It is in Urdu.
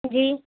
جی